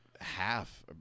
Half